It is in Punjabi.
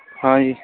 ਹਾਂਜੀ